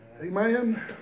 Amen